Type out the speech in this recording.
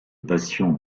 patient